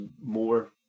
more